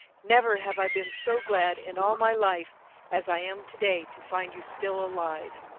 never have i been so glad in all my life as i am to-day to find you still alive.